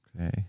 Okay